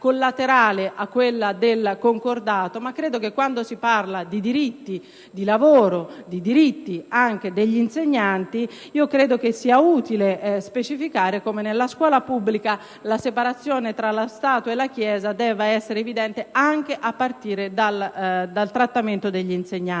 a quella del Concordato, ma quando si parla di diritti di lavoro, di diritti anche degli insegnanti, credo sia utile specificare come nella scuola pubblica la separazione tra lo Stato e la Chiesa debba essere evidente anche a partire dal trattamento degli insegnanti.